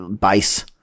base